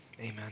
Amen